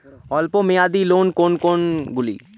অল্প মেয়াদি লোন কোন কোনগুলি?